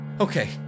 okay